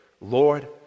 Lord